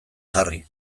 jarri